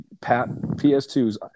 PS2's